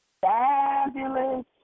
fabulous